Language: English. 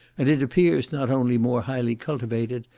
and it appears not only more highly cultivated,